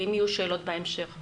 אני אצטרך להתחבר שוב.